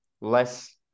less